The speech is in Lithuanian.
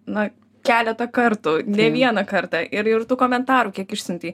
na keletą kartų ne vieną kartą ir ir tų komentarų kiek išsiuntei